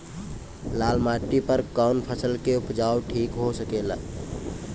लाल माटी पर कौन फसल के उपजाव ठीक हो सकेला?